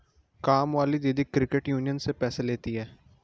कामवाली दीदी credit union से पैसे लेती हैं